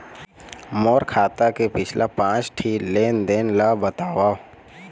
मोर खाता के पिछला पांच ठी लेन देन ला बताव?